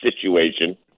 situation